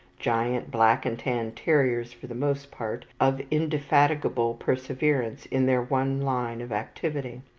giant black-and-tan terriers for the most part, of indefatigable perseverance in their one line of activity.